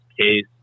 case